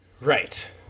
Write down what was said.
Right